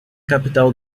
capital